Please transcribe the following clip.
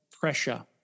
pressure